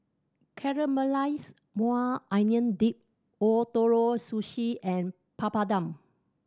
Caramelized Maui Onion Dip Ootoro Sushi and Papadum